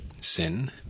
Sin